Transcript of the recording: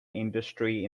industry